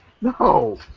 no